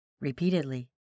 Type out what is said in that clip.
repeatedly